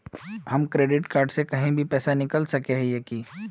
हम credit card से कहीं भी पैसा निकल सके हिये की?